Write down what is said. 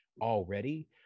already